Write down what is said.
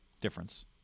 difference